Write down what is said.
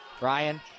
Ryan